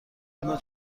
اینها